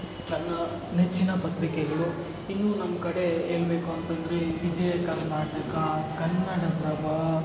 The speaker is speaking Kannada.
ನನ್ನ ನೆಚ್ಚಿನ ಪತ್ರಿಕೆಗಳು ಇನ್ನು ನಮ್ಮ ಕಡೆ ಹೇಳ್ಬೇಕು ಅಂತಂದ್ರೆ ವಿಜಯಕರ್ನಾಟಕ ಕನ್ನಡದ